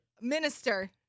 Minister